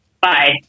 Bye